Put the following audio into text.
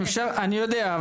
אם אפשר אני יודע,